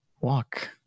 walk